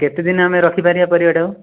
କେତେ ଦିନ ଆମେ ରଖିପାରିବା ପରିବାଟାକୁ